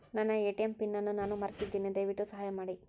ನನ್ನ ATM pin ಅನ್ನು ನಾನು ಮರೆತಿದ್ದೇನೆ, ದಯವಿಟ್ಟು ಸಹಾಯ ಮಾಡಿ